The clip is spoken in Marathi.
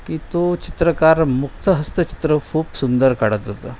की तो चित्रकार मुक्तहस्त चित्र खूप सुंदर काढत होता